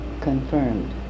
confirmed